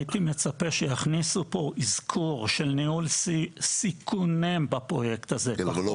הייתי מצפה שיכניסו פה אזכור של ניהול סיכונים בפרויקט הזה.